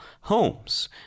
homes